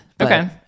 Okay